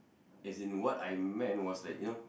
as in what I meant was that you know